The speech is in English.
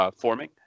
forming